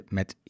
met